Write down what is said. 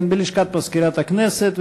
בלשכת מזכירת הכנסת.